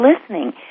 listening